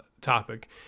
topic